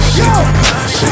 yo